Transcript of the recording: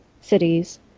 cities